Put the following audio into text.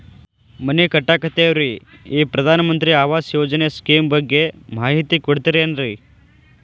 ಮನಿ ಕಟ್ಟಕತೇವಿ ರಿ ಈ ಪ್ರಧಾನ ಮಂತ್ರಿ ಆವಾಸ್ ಯೋಜನೆ ಸ್ಕೇಮ್ ಬಗ್ಗೆ ಮಾಹಿತಿ ಕೊಡ್ತೇರೆನ್ರಿ?